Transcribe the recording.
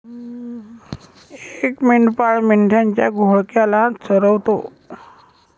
एक मेंढपाळ मेंढ्यांच्या घोळक्याला चरवतो